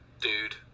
dude